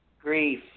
Grief